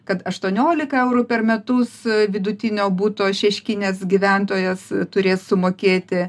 kad aštuoniolika eurų per metus vidutinio buto šeškinės gyventojas turės sumokėti